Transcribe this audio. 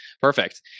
Perfect